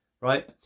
right